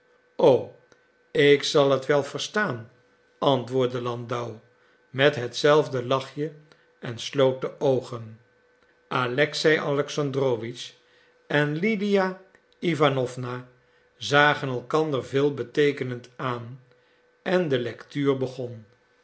o ik zal het wel verstaan antwoordde landau met hetzelfde lachje en sloot de oogen alexei alexandrowitsch en lydia iwanowna zagen elkander veelbeteekenend aan en de lectuur begon